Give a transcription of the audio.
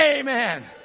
Amen